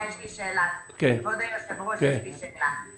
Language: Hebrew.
כבוד היושב-ראש, יש לי שאלה.